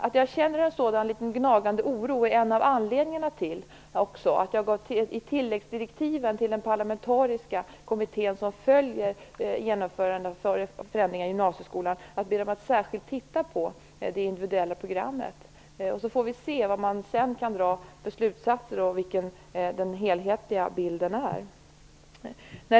Att jag känner en sådan liten gnagande oro är en av anledningarna till att jag har givit tilläggsdirektiv till den parlamentariska kommitté som följer genomförandet av förändringar i gymnasieskolan att särskilt uppmärksamma det individuella programmet. Vi får sedan se vad man kan dra för slutsatser och vilken den helhetliga bilden är.